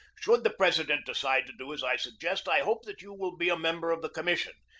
should the president decide to do as i suggest, i hope that you will be a member of the commission.